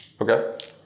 Okay